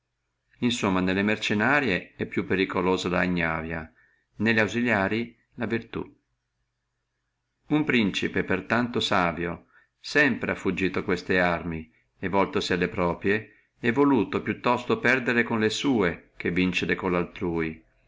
somma nelle mercennarie è più pericolosa la ignavia nelle ausiliarie la virtù uno principe per tanto savio sempre ha fuggito queste arme e voltosi alle proprie et ha volsuto più tosto perdere con le sue che vincere con le altrui